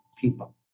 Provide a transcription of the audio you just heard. people